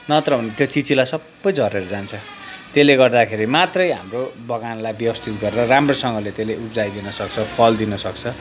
नत्र भने त्यो चिचिला सबै झरेर जान्छ त्यसले गर्दाखेरि मात्रै हाम्रो बगानलाई व्यवस्थित गरेर राम्रोसँगले त्यसले उब्जाई दिनुसक्छ र फल दिनसक्छ